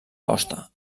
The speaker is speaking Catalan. costa